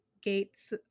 gates